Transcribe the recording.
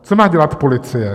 Co má dělat policie?